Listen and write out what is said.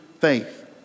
faith